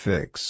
Fix